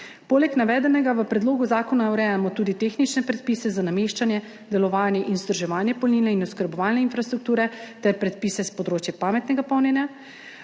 Poleg navedenega v predlogu zakona urejamo tudi tehnične predpise za nameščanje, delovanje in vzdrževanje polnilne in oskrbovalne infrastrukture ter predpise s področja pametnega polnjenja;